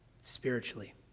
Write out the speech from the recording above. spiritually